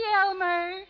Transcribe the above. Elmer